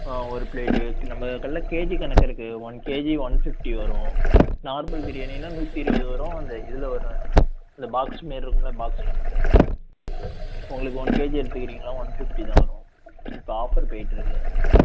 ஆ ஒரு ப்ளேட்டு நம்ம கடையில் கேஜி கணக்கு இருக்கு ஒன் கேஜி ஒன் ஃபிஃப்டி வரும் நார்மல் பிரியாணினா நூற்றி இருபது வரும் அந்த இதில் வர அந்த பாக்ஸ் மாதிரி இருக்கும்ல பாக்ஸில் மட்டும் இருக்கும் உங்களுக்கு ஒன் கேஜி எடுத்துக்கறிங்களா ஒன் ஃபிஃப்டி தான் வரும் இப்போ ஆஃபர் போயிட்டு இருக்குது அதனால